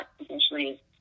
essentially